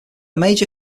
major